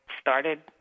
started